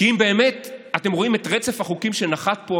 כי אם באמת אתם רואים את רצף החוקים שנחת פה,